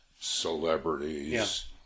celebrities